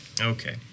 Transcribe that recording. Okay